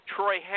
Troy